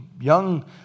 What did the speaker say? young